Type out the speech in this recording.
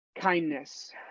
kindness